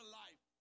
life